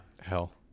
hell